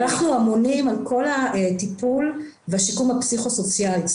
אנחנו אמונים על כל הטיפול והשיקום הפסיכוסוציאלי.